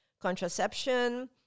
contraception